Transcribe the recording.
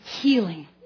healing